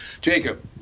Jacob